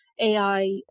AI